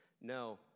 No